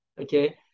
Okay